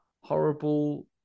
horrible